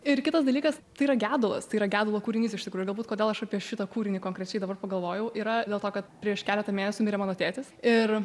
ir kitas dalykas tai yra gedulas tai yra gedulo kūrinys iš tikrųjų galbūt kodėl aš apie šitą kūrinį konkrečiai dabar pagalvojau yra dėl to kad prieš keletą mėnesių mirė mano tėtis ir